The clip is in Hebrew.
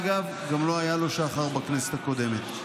אגב, לא היה לו שחר גם בכנסת הקודמת.